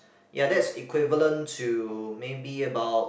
ya that's equivalent to maybe about